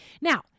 Now